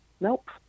Nope